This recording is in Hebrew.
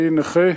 אני נכה,